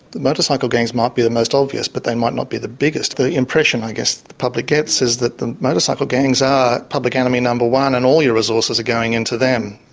the motorcycle gangs might be the most obvious, but they might not be the biggest? the impression i guess the public gets is that the motorcycle gangs are public enemy number one and all your resources going into them.